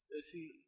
see